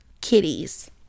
kitties